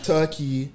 Turkey